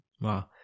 Wow